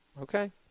Okay